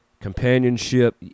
companionship